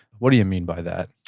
what do you mean by that?